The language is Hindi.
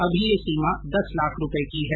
अभी यह सीमा दस लाख रूपये की है